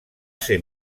ser